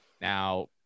Now